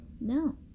No